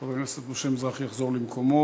חבר הכנסת משה מזרחי יחזור למקומו,